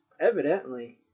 evidently